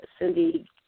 cindy